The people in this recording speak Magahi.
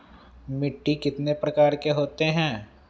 मिट्टी कितने प्रकार के होते हैं?